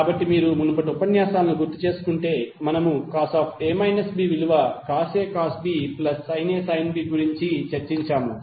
కాబట్టి మీరు మునుపటి ఉపన్యాసాలను గుర్తుచేసుకుంటే మనము cos విలువ cosAcosBsinAsinB గురించి చర్చించాము